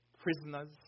prisoners